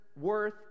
worth